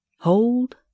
hold